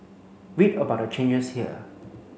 read about the changes here